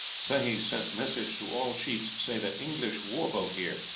sehi send message to all chiefs say that english war boat here.